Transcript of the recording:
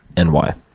and why?